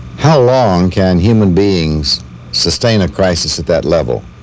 how long can human beings sustain a crisis at that level